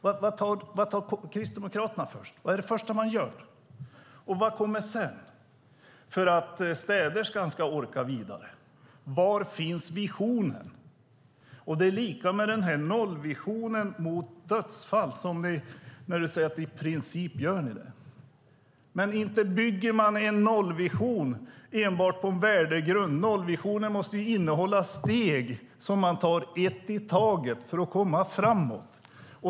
Vad tar Kristdemokraterna först? Vad är det första man gör? Och vad kommer sedan, för att städerskan ska orka vidare? Var finns visionen? Det är likadant med nollvisionen för dödsfall. Du säger att ni i princip gör detta. Men inte bygger man en nollvision enbart på en värdegrund! Nollvisionen måste innehålla steg som man tar ett i taget för att komma framåt.